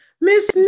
Miss